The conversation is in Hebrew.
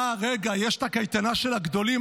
אה, רגע, יש את הקייטנה של הגדולים.